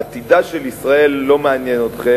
עתידה של ישראל לא מעניין אתכם,